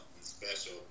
special